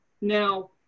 Now